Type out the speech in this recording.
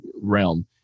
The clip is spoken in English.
realm